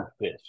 fish